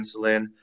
insulin